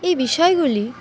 এই বিষয়গুলি